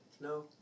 No